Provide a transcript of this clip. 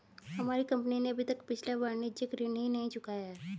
हमारी कंपनी ने अभी तक पिछला वाणिज्यिक ऋण ही नहीं चुकाया है